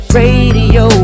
radio